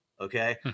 Okay